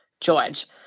george